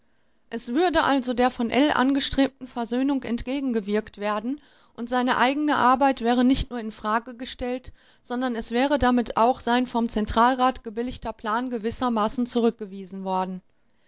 es würde also der von ell angestrebten versöhnung entgegengewirkt werden und seine eigene arbeit wäre nicht nur in frage gestellt sondern es wäre damit auch sein vom zentralrat gebilligter plan gewissermaßen zurückgewiesen worden